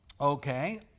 okay